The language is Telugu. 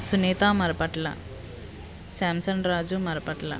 సునీత మరపట్ల స్యామ్సంగ్ రాజు మరపట్ల